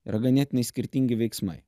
yra ganėtinai skirtingi veiksmai